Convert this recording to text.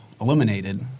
eliminated